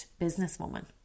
businesswoman